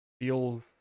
feels